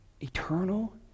eternal